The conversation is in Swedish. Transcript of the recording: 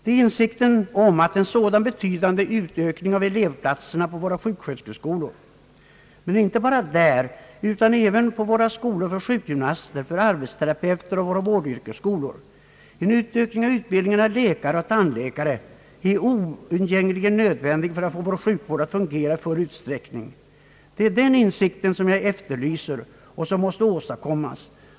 Det är insikten om att en sådan betydande utökning av antalet elevplatser vid våra sjuksköterskeskolor, men inte bara där utan även vid våra skolor för sjukgymnaster och för arbetsterapeuter samt våra vårdyrkesskolor, liksom en ökad utbildning av läkare och tandläkare är oundgängligen nödvändiga för att få vår sjukvård att fungera i full utsträckning — det är den insikten som jag efterlyser och som måste åstadkommas.